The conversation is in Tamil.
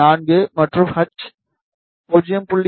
4 மற்றும் h 0